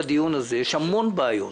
יש המון בעיות.